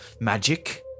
magic